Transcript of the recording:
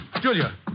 Julia